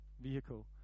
vehicle